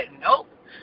Nope